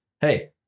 hey